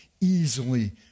easily